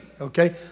Okay